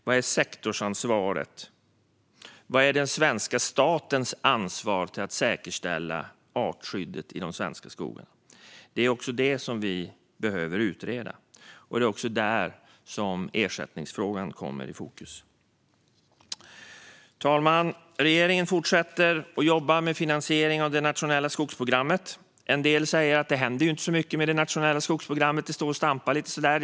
Vad är sektorsansvaret? Vad är den svenska statens ansvar när det gäller att säkerställa artskyddet i de svenska skogarna? Även detta behöver vi utreda, och där kommer också ersättningsfrågan i fokus. Fru talman! Regeringen fortsätter att jobba med finansiering av det nationella skogsprogrammet. En del säger att det inte händer så mycket med det nationella skogsprogrammet; det står och stampar.